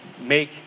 make